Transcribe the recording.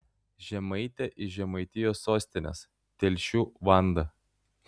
žemaitė iš žemaitijos sostinės telšių vanda